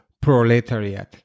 proletariat